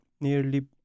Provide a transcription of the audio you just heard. nearly